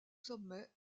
sommet